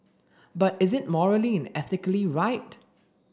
but is it morally and ethically right